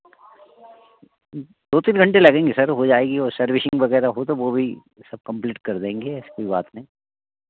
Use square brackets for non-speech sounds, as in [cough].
[unintelligible] दो तीन घंटे लगेंगे सर हो जाएगी और शर्विसिंग वगैरह हो तो वह भी सब कम्प्लीट कर देंगे ऐसी कोई बात नहीं